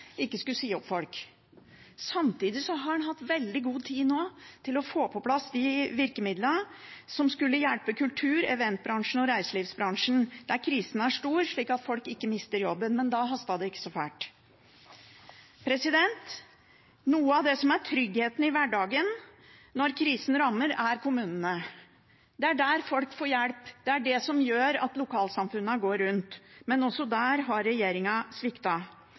ikke skulle si opp folk. Samtidig har han hatt veldig god tid nå til å få på plass de virkemidlene som skulle hjelpe kultur- og eventbransjen og reiselivsbransjen, der krisen er stor, slik at folk ikke mister jobben. Men da hastet det ikke så fælt. Noe av det som er tryggheten i hverdagen når krisen rammer, er kommunene. Det er der folk får hjelp, det er det som gjør at lokalsamfunnene går rundt, men også der har